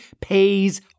pays